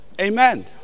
Amen